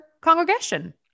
congregation